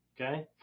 Okay